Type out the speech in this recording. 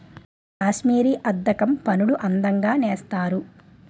కాశ్మీరీ అద్దకం పనులు అందంగా నేస్తారు